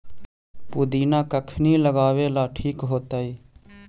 पुदिना कखिनी लगावेला ठिक होतइ?